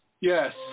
Yes